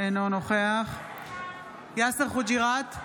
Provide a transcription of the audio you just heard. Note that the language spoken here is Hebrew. אינו נוכח יאסר חוג'יראת,